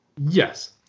Yes